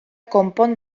konpon